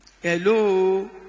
Hello